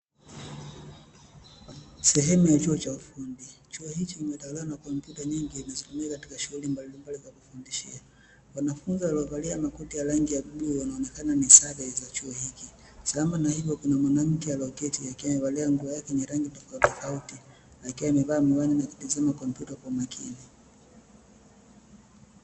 Sehemu ya chuo cha ufundi chuo hichi kimetawaliwa na kompyuta nyingi zinazotumika katika shughuli mbalimbali za kufundishia, wanafunzi waliovalia makoti ya bluu inaonekana ni sare za chuo hiki. sambamba na mwanamke alieketi alievalia nguo yake yenye rangi tofauti akiwa amevaa miwani na kutizama kompyuta kwa umakini.